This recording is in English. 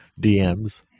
DMs